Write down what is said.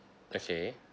okay